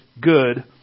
good